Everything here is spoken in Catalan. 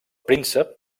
príncep